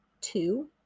two